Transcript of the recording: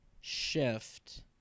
shift